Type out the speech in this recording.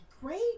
great